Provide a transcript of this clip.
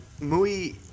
Mui